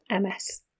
MS